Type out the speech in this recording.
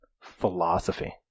Philosophy